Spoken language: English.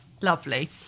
lovely